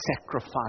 sacrifice